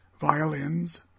violins